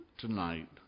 tonight